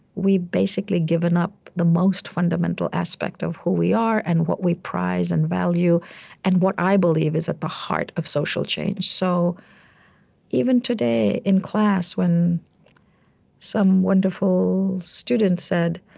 we've basically given up the most fundamental aspect of who we are and what we prize and value and what i believe is at the heart of social change so even today in class when some wonderful student said,